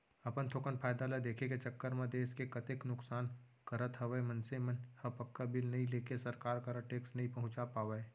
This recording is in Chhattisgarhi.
अपन थोकन फायदा ल देखे के चक्कर म देस के कतेक नुकसान करत हवय मनसे मन ह पक्का बिल नइ लेके सरकार करा टेक्स नइ पहुंचा पावय